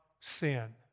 sin